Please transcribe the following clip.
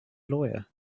lawyer